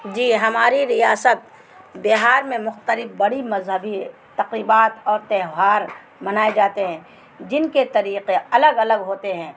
جی ہماری ریاست بہار میں مختلف بڑی مذہبی تقریبات اور تہوار منائے جاتے ہیں جن کے طریقے الگ الگ ہوتے ہیں